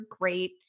great